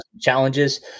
challenges